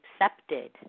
accepted